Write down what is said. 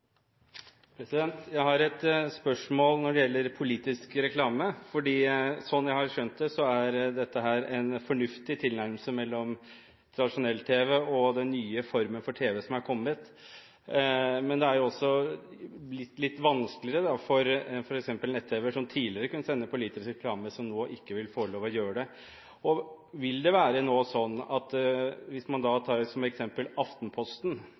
Jeg har et spørsmål når det gjelder politisk reklame. Slik jeg har skjønt det, er dette en fornuftig tilnærmelse mellom tradisjonell tv og den nye formen for tv som har kommet. Men det er også litt vanskeligere for f.eks. nett-tv, som tidligere kunne sende politisk reklame, men som nå ikke vil få lov til å gjøre det. Vil det nå være slik – hvis man tar Aftenposten som eksempel – at Aftenposten